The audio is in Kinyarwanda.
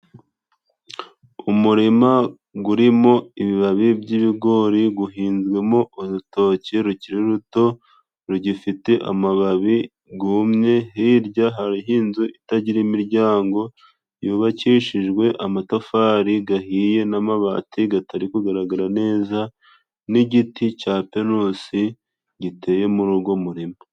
Umurima gurimo ibibabi by'ibigori guhinzwemo urutoki rukiri ruto, rugifite amababi gumye. Hirya hariho inzu itagira imiryango, yubakishijwe amatafari gahiye, n'amabati gatari kugaragara neza, n'igiti cya pinusi giteye mu rugo muririma.